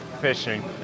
Fishing